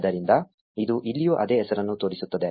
ಆದ್ದರಿಂದ ಇದು ಇಲ್ಲಿಯೂ ಅದೇ ಹೆಸರನ್ನು ತೋರಿಸುತ್ತದೆ